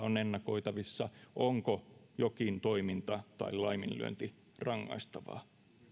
on ennakoitavissa onko jokin toiminta tai laiminlyönti rangaistavaa